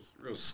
real